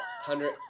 hundred